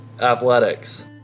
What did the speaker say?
athletics